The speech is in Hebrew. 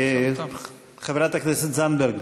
חברת הכנסת זנדברג,